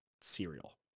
cereal